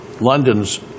London's